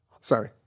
Sorry